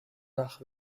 nach